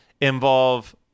involve